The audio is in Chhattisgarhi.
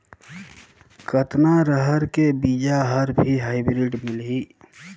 कतना रहर के बीजा हर भी हाईब्रिड मिलही?